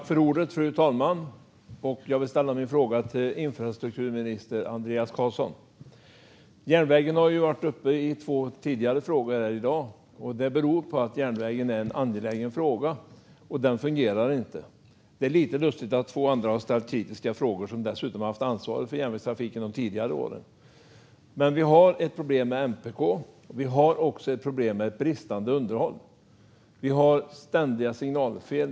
Fru talman! Jag vill ställa min fråga till infrastrukturminister Andreas Carlson. Järnvägen har varit uppe i två tidigare frågor här i dag, och det beror på att järnvägen är en angelägen fråga. Järnvägen fungerar inte. Det är lite lustigt att två andra som har haft ansvaret för järnvägstrafiken under tidigare år har ställt kritiska frågor. Det är problem med MPK och också med bristande underhåll. Det är ständiga signalfel.